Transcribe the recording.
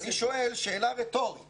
אני שואל אלה רטורית